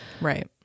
Right